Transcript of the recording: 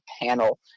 panel